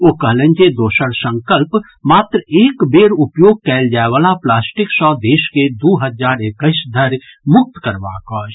ओ कहलनि जे दोसर संकल्प मात्र एक बेर उपयोग कयल जाय वला प्लास्टिक सँ देश के दू हजार एक्कैस धरि मुक्त करबाक अछि